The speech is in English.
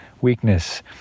weakness